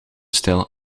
stil